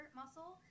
muscle